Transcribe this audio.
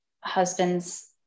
husband's